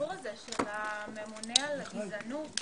הישיבה ננעלה בשעה